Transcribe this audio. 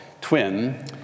twin